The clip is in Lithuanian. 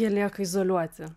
jie lieka izoliuoti